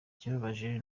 ikibabaje